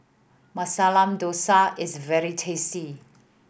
Masala Dosa is very tasty